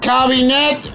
Cabinet